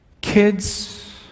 kids